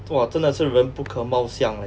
!wah! 真的是人不可貌 leh